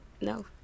No